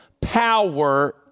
power